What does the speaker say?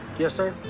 yes, sir.